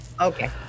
okay